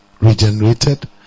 regenerated